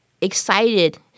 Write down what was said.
excited